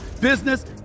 business